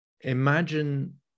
imagine